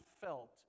felt